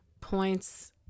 points